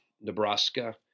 Nebraska